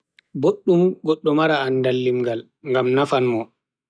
kugal mi fuddi wadugo kanjum on, vo'utungo hite lantarki